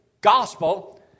gospel